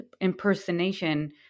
impersonation